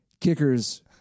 kickers